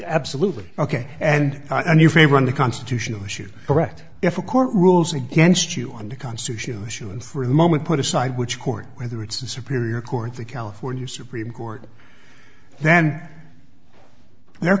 absolutely ok and and you favor on the constitutional issue correct if a court rules against you on the constitutional issue and for the moment put aside which court whether it's a superior court the california supreme court then